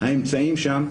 האמצעים שם,